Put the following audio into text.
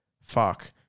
fuck